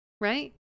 Right